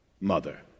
mother